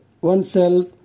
oneself